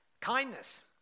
Kindness